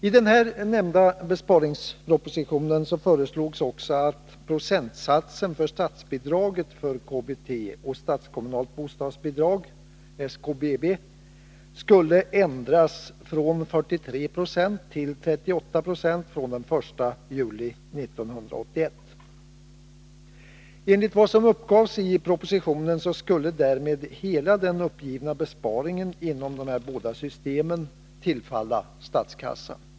I den nämnda besparingspropositionen föreslogs också att procentsatsen för statsbidraget till KBT och statskommunalt bostadsbidrag, SKBB, skulle ändras från 43 9 till 38 20 från den 1 juli 1981. Enligt vad som uppgavs i propositionen skulle därmed hela den uppgivna besparingen inom de båda systemen tillfalla statskassan.